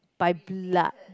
by blood